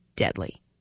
deadly